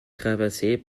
traversée